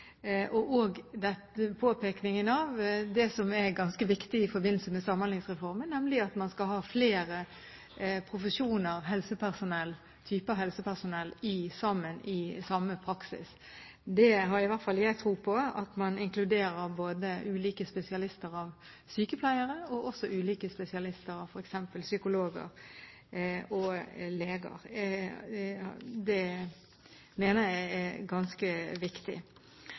skal ha flere profesjoner av helsepersonell – flere typer helsepersonell – sammen i samme praksis. Det har i hvert fall jeg tro på: Man må inkludere ulike spesialister av sykepleiere og også ulike spesialister av f.eks. psykologer og leger. Det mener jeg er ganske viktig.